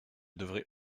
devrais